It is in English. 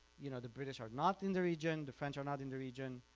you know the british are not in the region, the french are not in the region,